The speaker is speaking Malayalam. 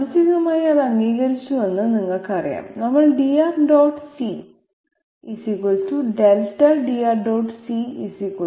മാനസികമായി അത് അംഗീകരിച്ചുവെന്ന് നിങ്ങൾക്കറിയാം നമ്മൾ dR dot c delta dR